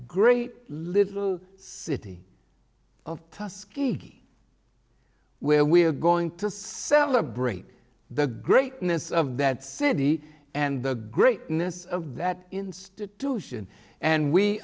great little city of tusky where we're going to celebrate the greatness of that city and the greatness of that institution and we